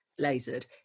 lasered